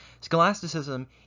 Scholasticism